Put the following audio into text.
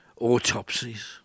autopsies